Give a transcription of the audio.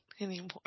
anymore